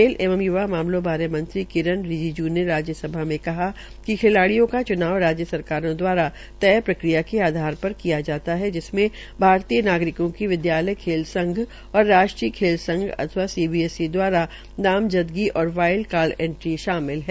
खेल एवं युवा मामलों बारे मंत्री किरण रिजिजू ने राज्य सभ में कहा कि खिलाडियों का चूनाव राज्य सरकारों द्वारा तय प्रक्रिया के आधारपर किया जाता है जिसमें भारतीय नागरिकों की विद्यालय खेल संघ और राष्ट्रीय खेल संघ अथवा सीबीएससी दवारा नामजदगी और वाईल्ड कार्ड एंट्री शामिल है